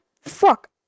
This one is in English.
Fuck